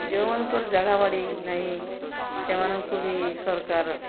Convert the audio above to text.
ଯେଉଁମାନଙ୍କର ଜାଗା ବାଡ଼ି ନାହିଁ ସେମାନଙ୍କୁ ବି ସରକାର